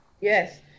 Yes